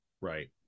right